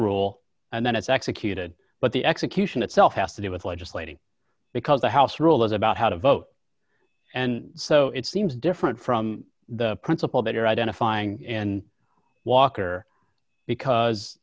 rule and then it's executed but the execution itself has to do with legislating because the house rule is about how to vote and so it seems different from the principle that you're identifying and walker because